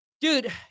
dude